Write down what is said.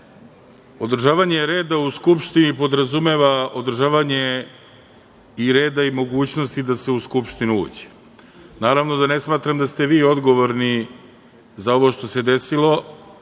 reda u Skupštini podrazumeva održavanje i reda i mogućnosti da se u Skupštinu uđe. Naravno da ne smatram da ste vi odgovorni za ovo što se desilo,